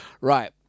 right